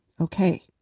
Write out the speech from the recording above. Okay